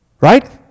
right